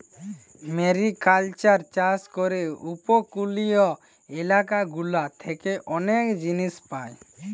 mariculture চাষ করে উপকূলীয় এলাকা গুলা থেকে অনেক জিনিস পায়